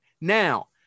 Now